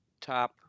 top